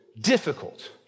difficult